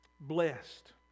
blessed